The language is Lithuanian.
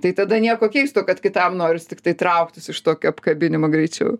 tai tada nieko keisto kad kitam noris tiktai trauktis iš tokio apkabinimo greičiau